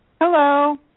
Hello